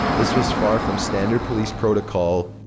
this was far from standard police protocol.